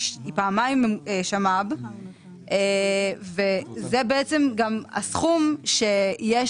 היא פעמיים שמ"ב וזה בעצם גם הסכום שיש